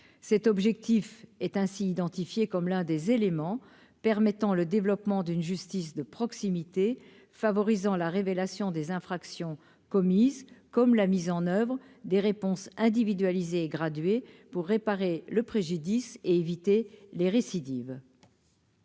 cet objectif est ainsi identifié comme l'un des éléments permettant le développement d'une justice de proximité favorisant la révélation des infractions commises, comme la mise en oeuvre des réponses individualisées graduée pour réparer le préjudice et éviter les récidives.